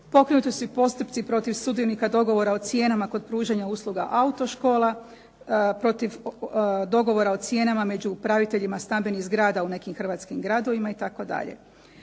Pokrenuti su postupci protiv sudionika dogovora o cijenama kod pružanja usluga autoškola, protiv dogovora o cijenama među upraviteljima stambenih zgrada u nekim hrvatskim gradovima itd.